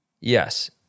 Yes